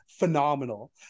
phenomenal